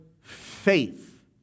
faith